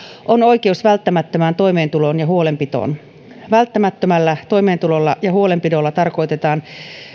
on oikeus välttämättömään toimeentuloon ja huolenpitoon välttämättömällä toimeentulolla ja huolenpidolla tarkoitetaan